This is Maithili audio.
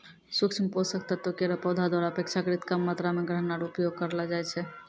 सूक्ष्म पोषक तत्व केरो पौधा द्वारा अपेक्षाकृत कम मात्रा म ग्रहण आरु उपयोग करलो जाय छै